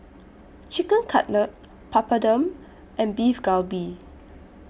Chicken Cutlet Papadum and Beef Galbi